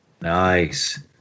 Nice